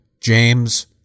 James